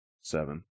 seven